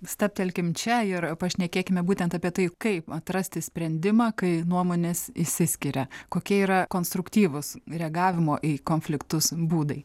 stabtelkim čia ir pašnekėkime būtent apie tai kaip atrasti sprendimą kai nuomonės išsiskiria kokie yra konstruktyvūs reagavimo į konfliktus būdai